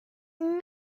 too